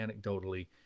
anecdotally